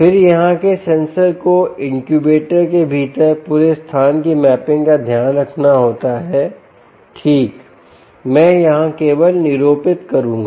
फिर यहां के सेंसर को इनक्यूबेटर के भीतर पूरे स्थान की मैपिंग का ध्यान रखना होता है ठीक मैं यहाँ केवल निरूपित करूंगा